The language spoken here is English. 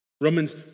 Romans